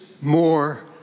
more